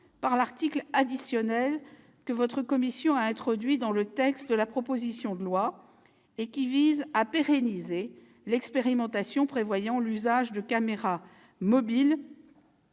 par l'article additionnel introduit par votre commission dans le texte de la proposition de loi et qui vise à pérenniser l'expérimentation prévoyant l'usage de caméras mobiles